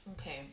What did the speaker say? Okay